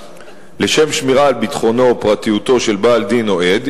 לשם שמירה על ביטחונו או פרטיותו של בעל-דין או עד,